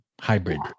hybrid